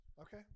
Okay